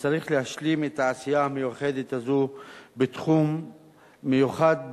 וצריך להשלים את העשייה המיוחדת הזאת בתחום מיוחד במינו,